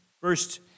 First